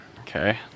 Okay